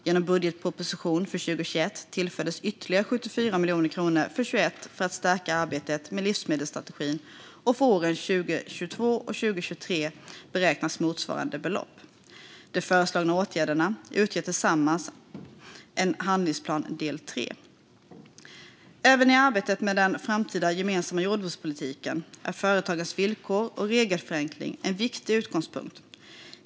Genom budgetpropositionen för 2021 tillfördes ytterligare 74 miljoner kronor för 2021 för att förstärka arbetet med livsmedelsstrategin, och för åren 2022 och 2023 beräknas motsvarande belopp. De föreslagna åtgärderna utgör tillsammans en handlingsplan del 3. Även i arbetet med den framtida gemensamma jordbrukspolitiken är företagens villkor och regelförenkling en viktig utgångspunkt.